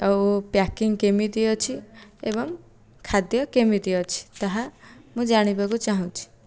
ଆଉ ପ୍ୟାକିଂ କେମିତି ଅଛି ଏବଂ ଖାଦ୍ୟ କେମିତି ଅଛି ତାହା ମୁଁ ଜାଣିବାକୁ ଚାହୁଁଛି